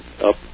up